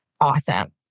Awesome